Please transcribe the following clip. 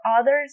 others